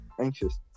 anxious